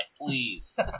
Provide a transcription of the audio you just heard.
please